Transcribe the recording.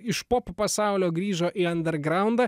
iš pop pasaulio grįžo į andergraundą